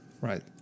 Right